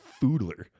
foodler